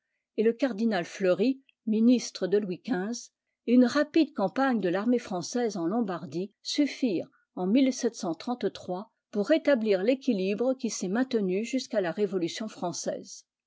et le cardinal flcury ministre de louis xv et une rapide campagne de l'armée française en lombardie suffirent en pour établir l'équilibre qui s'est maintenu jusqu'à la révolution française